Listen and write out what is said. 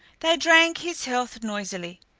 they drank his health noisily.